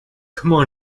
comment